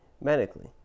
medically